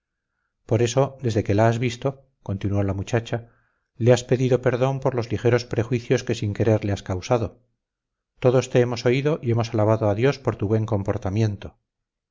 por eso desde que la has visto continuó la muchacha le has pedido perdón por los ligeros perjuicios que sin querer le has causado todos te hemos oído y hemos alabado a dios por tu buen comportamiento